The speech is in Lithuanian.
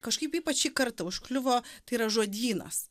kažkaip ypač šį kartą užkliuvo tai yra žodynas